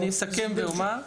אני אסכם ואומר: